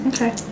Okay